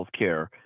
healthcare